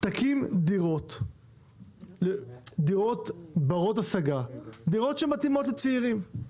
יקימו דירות ברות השגה שמתאימות לצעירים,